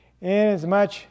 Inasmuch